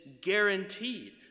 guaranteed